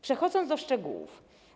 Przechodzę do szczegółów.